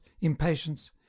impatience